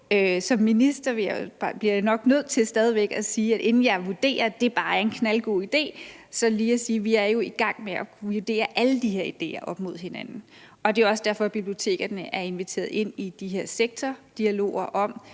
Som minister bliver jeg nok nødt til stadig væk at sige – inden jeg vurderer, at det bare er en knaldgod idé – at vi jo er i gang med at vurdere alle de her ideer op mod hinanden. Og det er jo også derfor, at bibliotekerne er inviteret med i de her sektordialoger om,